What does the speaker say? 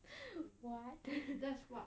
what